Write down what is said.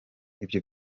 ibyo